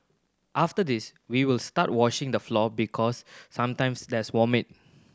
after this we will start washing the floor because sometimes there's vomit